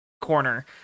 corner